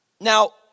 Now